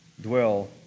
dwell